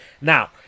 Now